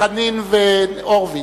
חנין והורוביץ,